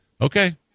okay